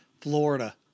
Florida